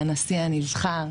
קודם כול, ברכות לנשיא הנבחר.